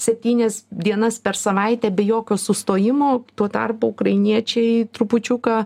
septynias dienas per savaitę be jokio sustojimo tuo tarpu ukrainiečiai trupučiuką